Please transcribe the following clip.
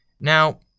now